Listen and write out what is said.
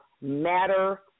matter